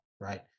right